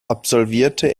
absolvierte